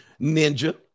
Ninja